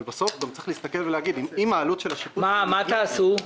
אבל בסוף גם צריך להגיד אם העלות של השיפוץ --- מה תעשו עכשיו?